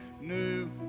new